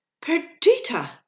Perdita